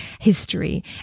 history